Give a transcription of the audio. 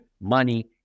money